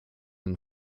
and